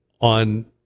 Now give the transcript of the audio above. on